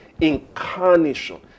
Incarnation